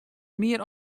mear